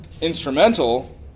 instrumental